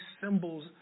symbols